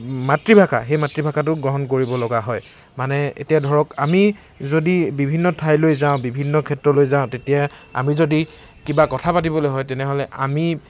মাতৃভাষা সেই মাতৃভাষাটো গ্ৰহণ কৰিবলগা হয় মানে এতিয়া ধৰক আমি যদি বিভিন্ন ঠাইলৈ যাওঁ বিভিন্ন ক্ষেত্ৰলৈ যাওঁ তেতিয়া আমি যদি কিবা কথা পাতিবলৈ হয় তেনেহ'লে আমি